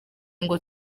ngo